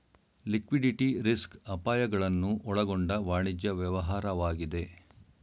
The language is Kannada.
ಲಿಕ್ವಿಡಿಟಿ ರಿಸ್ಕ್ ಅಪಾಯಗಳನ್ನು ಒಳಗೊಂಡ ವಾಣಿಜ್ಯ ವ್ಯವಹಾರವಾಗಿದೆ